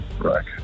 Right